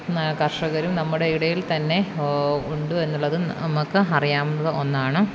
ഇന്ന് കർഷകരും നമ്മുടെ ഇടയിൽ തന്നെ ഉണ്ട് എന്നുള്ളതും നമുക്ക് അറിയാവുന്ന ഒന്നാണ്